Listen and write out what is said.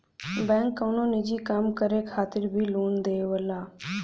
bank कउनो निजी काम करे खातिर भी लोन देवला